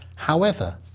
however,